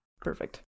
perfect